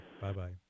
Bye-bye